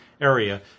area